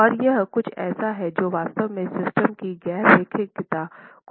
और यह कुछ ऐसा है जो वास्तव में सिस्टम की गैर रैखिकता को पकड़ लेता है